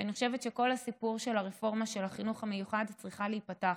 כי אני חושבת שכל הסיפור של הרפורמה של החינוך המיוחד צריך להיפתח.